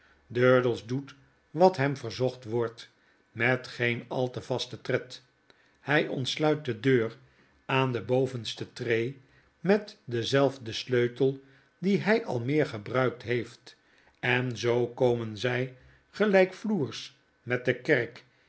durdels doet wat hem verzocht wordt met geen al te vasten tred hy ontsluit de deur aan de bovenste tree met denzelfden sleutel dien hy al meer gebruikt heeft en zookomen zy gelykvloers met de kerk